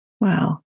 Wow